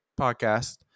podcast